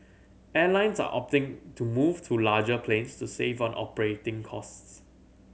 airlines are opting to move to larger planes to save on operating costs